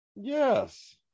yes